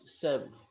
seven